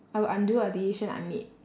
I will undo a decision I made